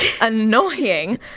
annoying